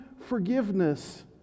forgiveness